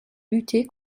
lutter